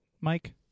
Mike